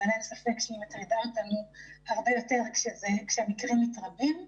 אבל אין ספק שהיא מטרידה אותנו הרבה יותר כשהמקרים מתרבים.